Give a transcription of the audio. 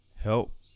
Help